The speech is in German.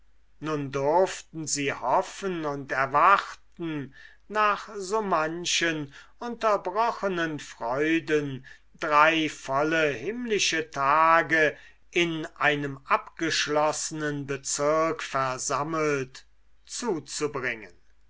nun durften sie hoffen und erwarten nach so manchen unterbrochenen freuden drei volle himmlische tage in einem abgeschlossenen bezirk versammelt zuzubringen